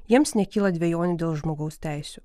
jiems nekyla dvejonių dėl žmogaus teisių